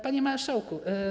Panie Marszałku!